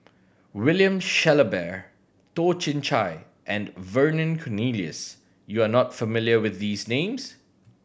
William Shellabear Toh Chin Chye and Vernon Cornelius you are not familiar with these names